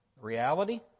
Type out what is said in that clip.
reality